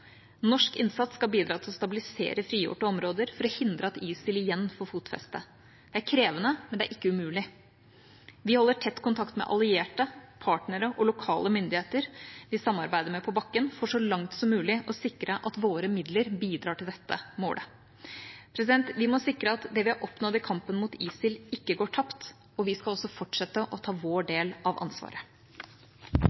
Norsk innsats skal bidra til å stabilisere frigjorte områder for å hindre at ISIL igjen får fotfeste. Det er krevende, men det er ikke umulig. Vi holder tett kontakt med allierte, partnere og lokale myndigheter vi samarbeider med på bakken, for så langt som mulig å sikre at våre midler bidrar til dette målet. Vi må sikre at det vi har oppnådd i kampen mot ISIL, ikke går tapt. Vi skal også fortsette å ta vår